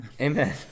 amen